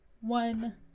one